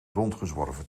rondgezworven